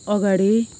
अगाडि